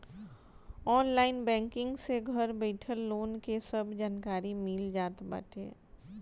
online banking से घर बइठल लोन के सब जानकारी मिल जात बाटे